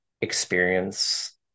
experience